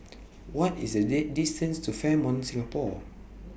What IS The Day distance to Fairmont Singapore